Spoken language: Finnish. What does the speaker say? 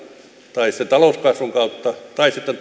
tai sitten talouskasvun kautta tai sitten